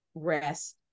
rest